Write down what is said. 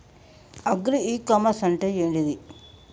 Agri e commerce అంటే ఏంటిది?